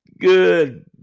good